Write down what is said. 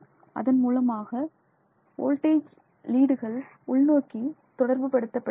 அதன் மூலமாக பின்பு வோல்டேஜ் லீடுகள் உள்நோக்கி தொடர்புபடுத்தப்படுகிறது